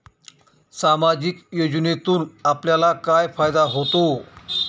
सामाजिक योजनेतून आपल्याला काय फायदा होतो?